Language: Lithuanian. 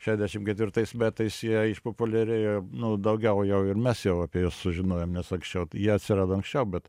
šešiasdešim ketvirtais metais jie išpopuliarėjo nu daugiau jau ir mes jau apie juos sužinojom nes anksčiau jie atsirado anksčiau bet